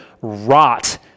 rot